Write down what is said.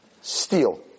steal